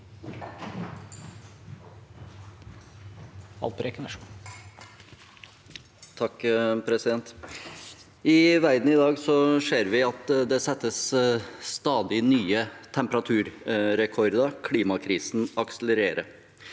I verden i dag ser vi at det settes stadig nye temperaturrekorder. Klimakrisen akselererer.